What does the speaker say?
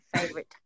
favorite